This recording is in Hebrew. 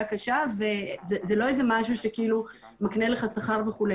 קשה וזה לא איזה משהו שמקנה לך שכר וכו',